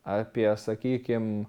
apie sakykim